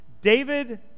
David